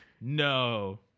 no